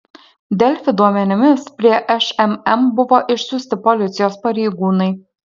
delfi duomenimis prie šmm buvo išsiųsti policijos pareigūnai